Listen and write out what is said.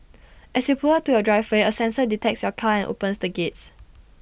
as you pull up to your driveway A sensor detects your car and opens the gates